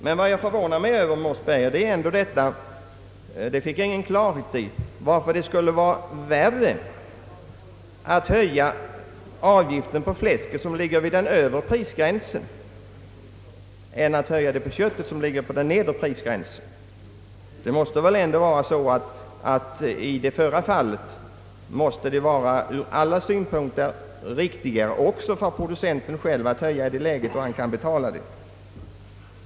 Men vad jag förvånar mig över, herr Mossberger, är ändå — och detta fick jag ingen klarhet i — varför det skulle vara värre att höja avgiften på fläsk, som ligger vid den övre prisgränsen, än att höja avgiften för kött som ligger vid den nedre prisgränsen. Det måste väl ändå vara så att det i det förra fallet måste vara ur alla synpunkter riktigare också för producenten själv att genomföra en höjning i det läget då han kan betala en sådan.